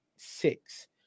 six